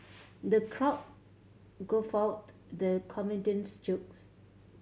the crowd guffawed the comedian's jokes